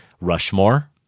Rushmore